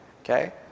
okay